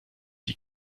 die